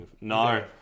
No